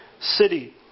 city